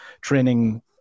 training